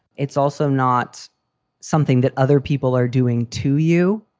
it's also not something that other people are doing to you.